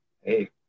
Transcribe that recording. hey